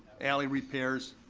alley repairs,